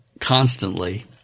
constantly